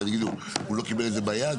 ואז יגידו הוא לא קיבל את זה ביד,